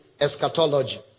eschatology